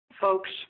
folks